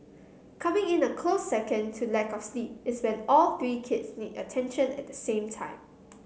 coming in a close second to lack of sleep is when all three kids need attention at the same time